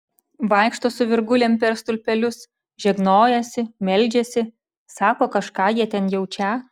vaikšto su virgulėm per stulpelius žegnojasi meldžiasi sako kažką jie ten jaučią